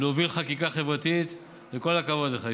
להוביל חקיקה חברתית, וכל הכבוד לך.